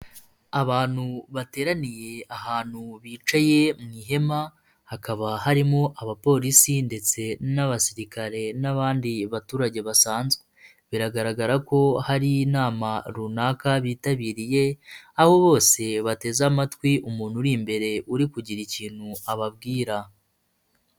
Abantu bateraniye ahantu bicaye mu ihema, hakaba harimo abapolisi ndetse n'abasirikare n'abandi baturage basanzwe, biragaragara ko hari inama runaka bitabiriye abo bose bateze amatwi umuntu uri imbere uri kugira ikintu ababwira.